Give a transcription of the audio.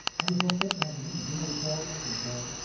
i was all set to have the meeting. you know, we called him and called him,